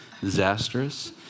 disastrous